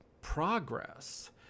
progress